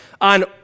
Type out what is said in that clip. on